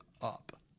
up